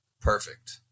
perfect